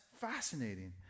fascinating